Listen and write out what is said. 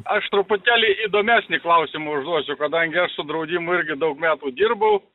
aš truputėlį įdomesnį klausimą užduosiu kadangi aš su draudimu irgi daug metų dirbau